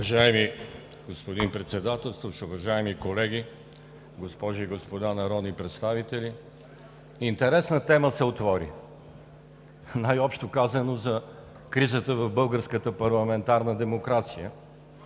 Уважаеми господин Председателстващ, уважаеми госпожи и господа народни представители! Интересна тема се отвори, най-общо казано, за кризата в българската парламентарна демокрация.